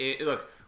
Look